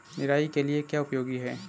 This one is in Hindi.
निराई के लिए क्या उपयोगी है?